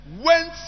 went